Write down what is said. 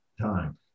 time